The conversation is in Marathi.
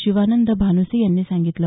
शिवानंद भानुसे यांनी सांगितलं